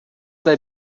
they